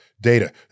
data